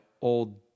old